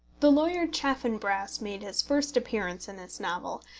the lawyer chaffanbrass made his first appearance in this novel,